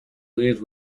lived